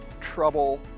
trouble